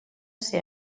ser